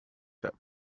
that